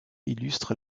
illustre